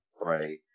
Right